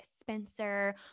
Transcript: Spencer